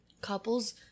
couples